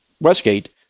westgate